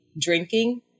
drinking